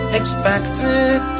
expected